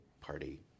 party